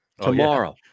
tomorrow